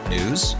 News